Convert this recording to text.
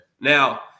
now